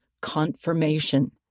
confirmation